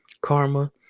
Karma